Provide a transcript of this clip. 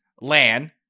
Lan